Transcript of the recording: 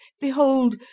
behold